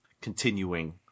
continuing